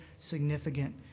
significant